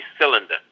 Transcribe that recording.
cylinder